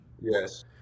yes